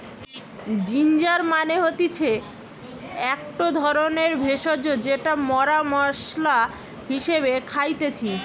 ginger মানে হতিছে একটো ধরণের ভেষজ যেটা মরা মশলা হিসেবে খাইতেছি